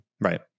Right